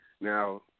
Now